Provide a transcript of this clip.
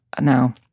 now